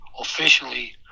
officially